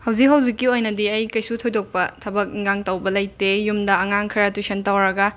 ꯍꯧꯖꯤꯛ ꯍꯧꯖꯤꯛꯀꯤ ꯑꯣꯏꯅꯗꯤ ꯑꯩ ꯀꯩꯁꯨ ꯊꯣꯏꯗꯣꯛꯄ ꯊꯕꯛ ꯏꯪꯒꯥꯡ ꯇꯧꯕ ꯂꯩꯇꯦ ꯌꯨꯝꯗ ꯑꯉꯥꯡ ꯈꯔ ꯇꯨꯏꯁꯟ ꯇꯧꯔꯒ